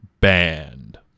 banned